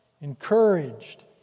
encouraged